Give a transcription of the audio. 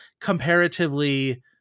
comparatively